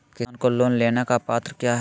किसान को लोन लेने की पत्रा क्या है?